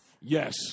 Yes